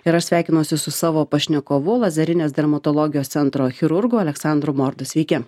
ir aš sveikinuosi su savo pašnekovu lazerinės dermatologijos centro chirurgu aleksandru mordu sveiki